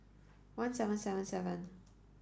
one seven seven seven